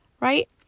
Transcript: right